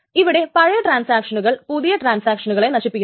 ഇവിടെ പഴയ ട്രാൻസാക്ഷനുകൾ പുതിയ ട്രാൻസാക്ഷനുകളെ നശിപ്പിക്കുന്നു